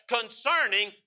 concerning